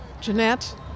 Jeanette